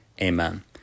Amen